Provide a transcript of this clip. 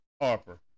Harper